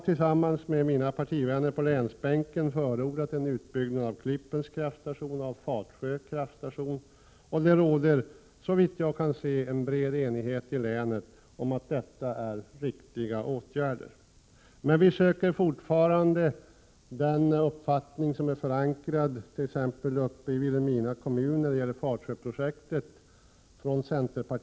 Tillsammans med mina partivänner på länsbänken har jag förordat en utbyggnad av Klippens kraftstation och av Fatsjö kraftstation. Såvitt jag kan se råder bred enighet i länet om att detta vore riktiga satsningar. Vi söker emellertid fortfarande i det här huset den uppfattning som är förankrad hos centerpartiet t.ex. uppe i Vilhelmina kommun när det gäller Fatsjöprojektet.